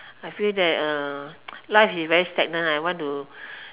I feel that uh life is very stagnant I want to